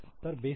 तर बेसिक इ